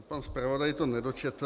Pan zpravodaj to nedočetl.